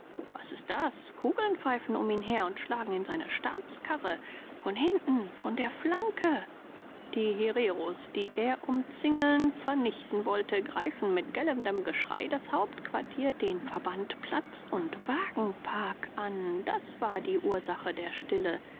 was ist das kugeln pfeifen um ihn her und schlagen in seine stabskarre von hinten von der flanke die hereros die er umzingeln vernichten wollte greifen mit gellendem geschrei das hauptquartier den verbandplatz und wagenpark an das war die ursache der stille